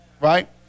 right